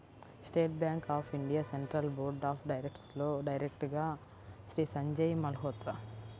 state Bank of India Central Board of డైరెక్టర్స్లో డైరెక్టర్గా శ్రీ సంజయ్ మల్హోత్రా